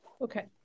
Okay